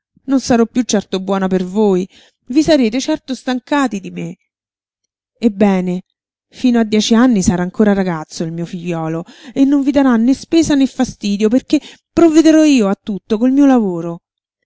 non sarò piú certo buona per voi vi sarete certo stancati di me ebbene fino a dieci anni sarà ancora ragazzo il mio figliolo e non vi darà né spesa né fastidio perché provvederò io a tutto col mio lavoro